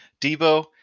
Debo